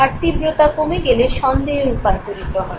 আর তীব্রতা কমে গেলে সন্দেহে রূপান্তরিত হয়